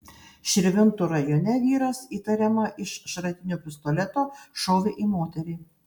širvintų rajone vyras įtariama iš šratinio pistoleto šovė į moterį